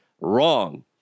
wrong